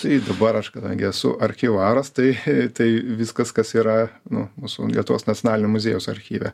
tai dabar aš kadangi esu archyvaras tai tai viskas kas yra nu mūsų lietuvos nacionalinio muziejaus archyve